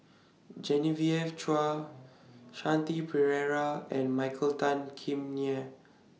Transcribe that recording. Genevieve Chua Shanti Pereira and Michael Tan Kim Nei